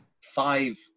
Five